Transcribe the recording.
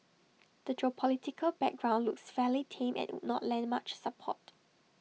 the geopolitical backdrop looks fairly tame and would not lend much support